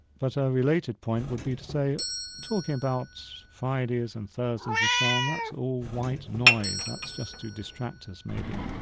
but a related point would be to say talking about fridays and thursdays and so on, that's all white noise, that's just to distract us maybe.